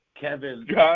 Kevin